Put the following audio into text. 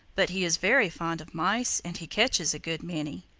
but he is very fond of mice and he catches a good many.